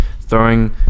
throwing